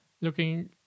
looking